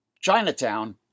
Chinatown